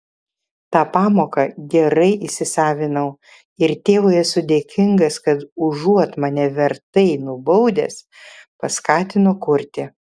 tą pamoką gerai įsisavinau ir tėvui esu dėkingas kad užuot mane vertai nubaudęs paskatino kurti